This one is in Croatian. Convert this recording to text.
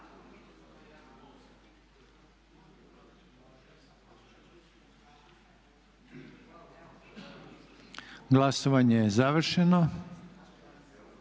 Glasovanje je završeno.